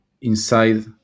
inside